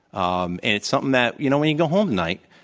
um and it's something that, you know when you go home tonight,